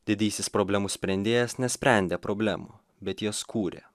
didysis problemų sprendėjas nesprendė problemų bet jas kūrė